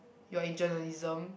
you are in journalism